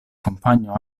compagno